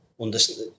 understand